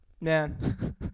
Man